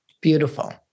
beautiful